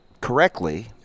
correctly